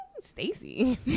Stacy